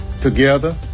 together